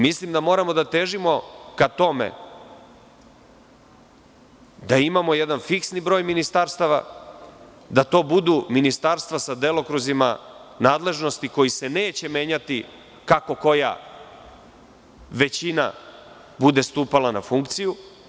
Mislim da moramo da težimo ka tome da imamo jedan fiksni broj ministarstava, da to budu ministarstva sa delokruzima nadležnosti koji se neće menjati kako koja većina bude stupala na funkciju.